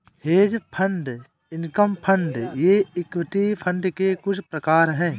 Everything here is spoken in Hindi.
हेज फण्ड इनकम फण्ड ये इक्विटी फंड के कुछ प्रकार हैं